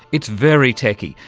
it's very techy,